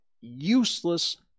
useless